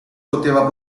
poteva